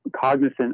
cognizant